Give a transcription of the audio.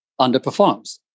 underperforms